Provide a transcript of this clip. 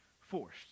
forced